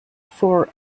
for